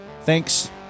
Thanks